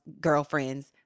girlfriends